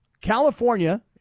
California